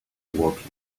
woking